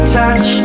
touch